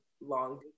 long